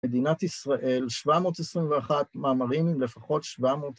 מדינת ישראל, 721 מאמרים עם לפחות...